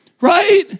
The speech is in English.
right